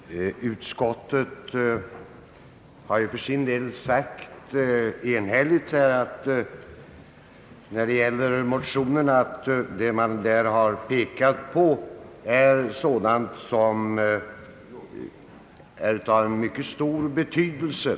Herr talman! Utskottet har ju för sin del enhälligt sagt att vad man i motionerna har pekat på är av mycket stor betydelse.